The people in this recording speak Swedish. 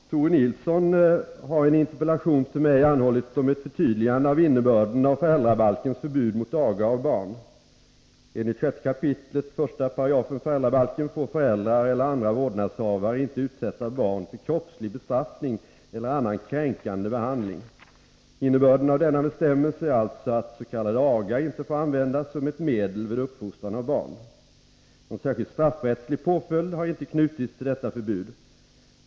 Herr talman! Tore Nilsson har i en interpellation till mig anhållit om ett förtydligande av innebörden av föräldrabalkens förbud mot aga av barn. Enligt 6 kap. 1 § föräldrabalken får föräldrar eller andra vårdnadshavare inte utsätta barn för kroppslig bestraffning eller annan kränkande behandling. Innebörden av denna bestämmelse är alltså att s.k. aga inte får användas som ett medel vid uppfostran av barn. Någon särskild straffrättslig påföljd har inte knutits till detta förbud.